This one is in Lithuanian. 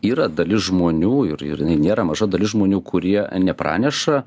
yra dalis žmonių ir ir jinai nėra maža dalis žmonių kurie nepraneša